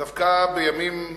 דווקא בימים כאלה,